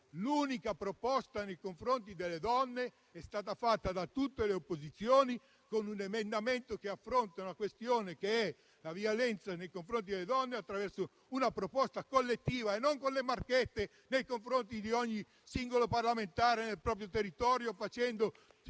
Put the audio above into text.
l'unica proposta nei confronti delle donne è stata fatta da tutte le opposizioni, con un emendamento che affronta la questione della violenza nei confronti delle donne attraverso una proposta collettiva e non con le marchette a favore di ogni singolo parlamentare nel proprio territorio, facendo